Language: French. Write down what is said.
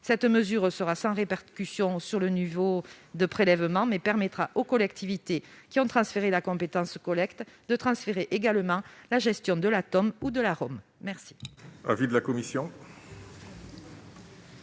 Cette mesure sera sans répercussion sur le niveau de prélèvements, mais permettra aux collectivités qui ont transféré la compétence collecte de transférer également la gestion de la taxe d'enlèvement des